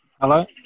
Hello